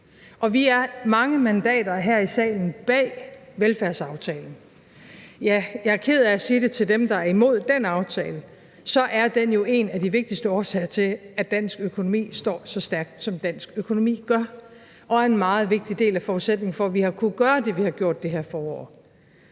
Og vi er mange mandater her i salen bag velfærdsaftalen. Ja, jeg er ked af at sige det til dem, der er imod den aftale, men den er jo en af de vigtigste årsager til, at dansk økonomi står så stærkt, som dansk økonomi gør, og er en meget vigtig del af forudsætningen for, at vi har kunnet gøre det, vi har gjort i det her forår.